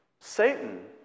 Satan